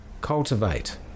cultivate